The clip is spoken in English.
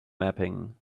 mapping